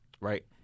right